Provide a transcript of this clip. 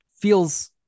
feels